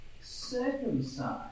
circumcised